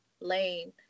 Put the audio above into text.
lane